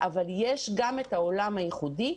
אבל יש גם את העולם הייחודי.